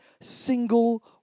single